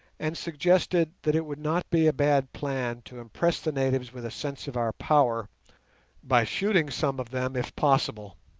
and suggested that it would not be a bad plan to impress the natives with a sense of our power by shooting some of them if possible.